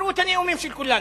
תקראו את הנאומים של כולנו,